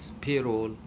payroll